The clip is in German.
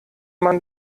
man